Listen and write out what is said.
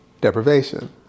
deprivation